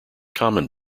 common